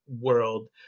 world